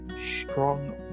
Strong